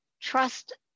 trust